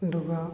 ꯑꯗꯨꯒ